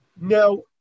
Now